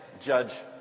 judge